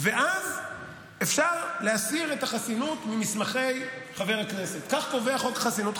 ואז אפשר להסיר את החסינות ממסמכי חבר הכנסת.